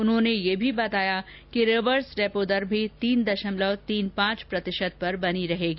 उन्होंने यह भी बताया कि रिवर्स रेपो दर भी तीन दशमलव तीन पांच प्रतिशत पर बनी रहेगी